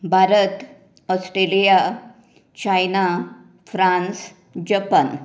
Bharat Australia China France Japan